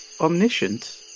omniscient